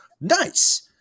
Nice